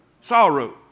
sorrow